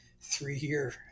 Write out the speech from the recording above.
three-year